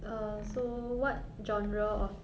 err so what genre of